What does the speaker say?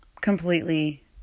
completely